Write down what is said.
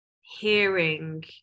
hearing